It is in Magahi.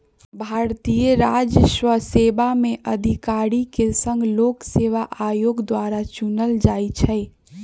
भारतीय राजस्व सेवा में अधिकारि के संघ लोक सेवा आयोग द्वारा चुनल जाइ छइ